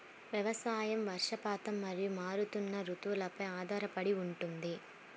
వ్యవసాయం వర్షపాతం మరియు మారుతున్న రుతువులపై ఆధారపడి ఉంటుంది